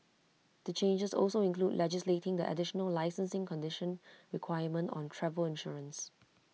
the changes also include legislating the additional licensing condition requirement on travel insurance